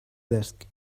desk